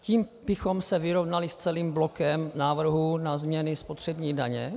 Tím bychom se vyrovnali s celým blokem návrhů na změny spotřební daně.